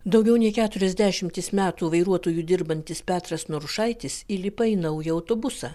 daugiau nei keturiasdešimtis metų vairuotoju dirbantis petras norušaitis įlipa į naują autobusą